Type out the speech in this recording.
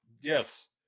Yes